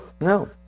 No